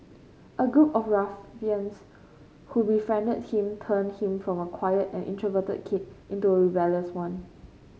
a group of ruffians who befriended him turned him from a quiet and introverted kid into rebellious one